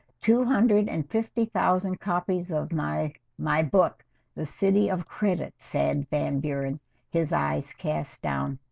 two hundred and fifty thousand copies of my my book the city of credit said van buuren his eyes cast down